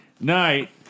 night